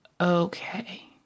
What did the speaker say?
okay